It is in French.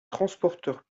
transporteurs